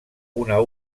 una